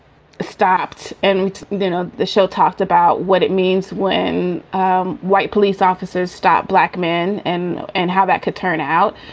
stopped and then ah the show talked about what it means when white police officers stop black men and and how that could turn out.